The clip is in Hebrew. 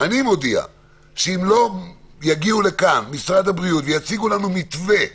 אני מודיע שאם לא יגיעו לכאן נציגי משרד הבריאות ויציג ולנו מתווה ברור,